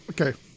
Okay